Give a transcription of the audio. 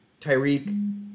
Tyreek